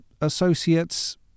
associates